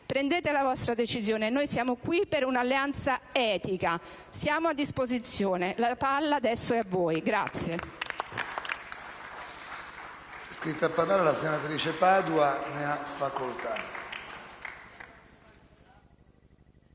Prendete la vostra decisione: noi siamo qui per un'alleanza etica. Siamo a disposizione, la palla adesso passa a voi.